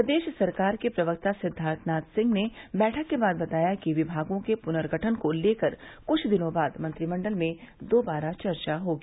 प्रदेश सरकार के प्रवक्ता सिद्वार्थ नाथ सिंह ने बैठक के बाद बताया कि विभागों के पुनर्गठन को लेकर कुछ दिनों बाद मंत्रिमंडल में दोबारा चर्चा होगी